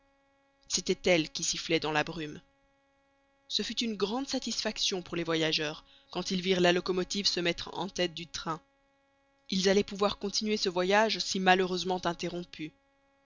c'était elle qui sifflait dans la brume ce fut une grande satisfaction pour les voyageurs quand ils virent la locomotive se mettre en tête du train ils allaient pouvoir continuer ce voyage si malheureusement interrompu